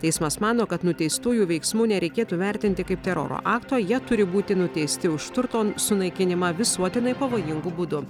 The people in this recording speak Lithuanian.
teismas mano kad nuteistųjų veiksmų nereikėtų vertinti kaip teroro akto jie turi būti nuteisti už turto sunaikinimą visuotinai pavojingu būdu